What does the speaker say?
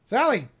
Sally